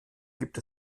gibt